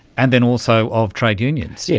and then also of trade unions. yes,